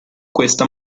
questa